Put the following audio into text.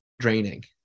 draining